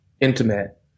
intimate